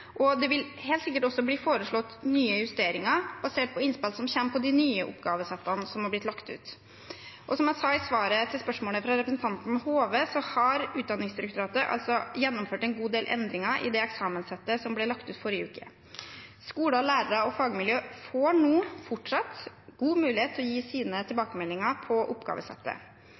Det vil helt sikkert også bli foreslått nye justeringer basert på innspill som kommer på de nye oppgavesettene som har blitt lagt ut. Som jeg sa i svaret på spørsmålet fra representanten Hove, har Utdanningsdirektoratet gjennomført en god del endringer i det eksamenssettet som ble lagt ut forrige uke. Skoler, lærere og fagmiljø får nå fortsatt god mulighet til å gi sine tilbakemeldinger på oppgavesettet.